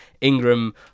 Ingram